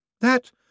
That